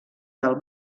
del